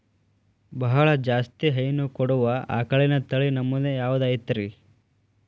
ಬಹಳ ಜಾಸ್ತಿ ಹೈನು ಕೊಡುವ ಆಕಳಿನ ತಳಿ ನಮೂನೆ ಯಾವ್ದ ಐತ್ರಿ?